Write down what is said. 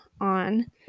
on